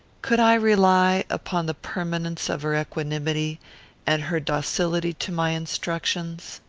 could i rely upon the permanence of her equanimity and her docility to my instructions?